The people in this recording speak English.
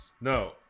No